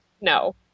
No